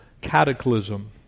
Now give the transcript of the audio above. cataclysm